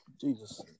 Jesus